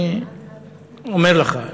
אני אומר לך,